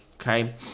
okay